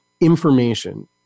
information